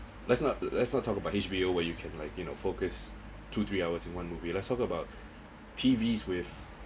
let's not let's not talk about H_B_O where you can like you know focus two three hours in one movie let's talk about T_V with